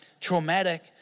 traumatic